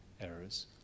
errors